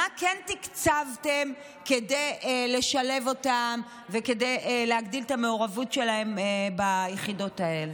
מה כן תקצבתם כדי לשלב אותם וכדי להגדיל את המעורבות שלהם ביחידות האלה?